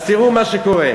אז תראו מה שקורה,